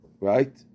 right